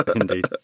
indeed